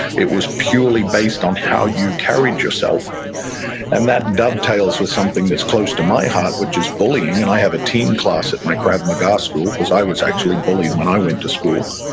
it was purely based on how you carried yourself and that dovetails with something that's close to my heart, which is bullying. and i have a teen class at my krav maga school because i was actually bullied when i went to school.